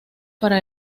para